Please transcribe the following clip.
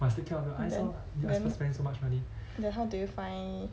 then then then how do you find